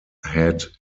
had